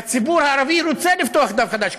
והציבור הערבי רוצה לפתוח דף חדש.